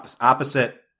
opposite